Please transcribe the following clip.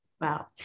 Wow